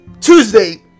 Tuesday